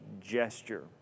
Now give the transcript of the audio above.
gesture